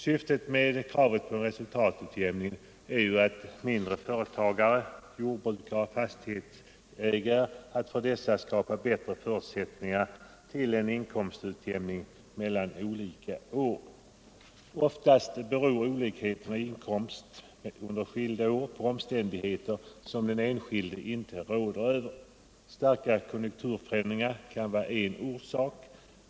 Syftet med kravet på resultatutjämning är att för mindre företagare, jordbruksoch fastighetsägare, skapa bättre förutsättningar för en inkomstutjämning mellan olika år. Oftast beror olikheterna i inkomst under skilda år på omständigheter som den enskilde inte råder över. Starka konjunkturförändringar kan vara en orsak.